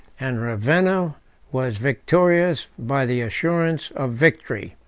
and ravenna was victorious by the assurance of victory.